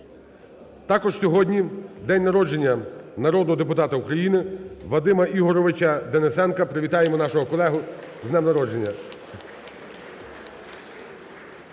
Також сьогодні день народження народного депутата України Вадима Ігорович Денисенка. Привітаємо нашого колегу з днем народження.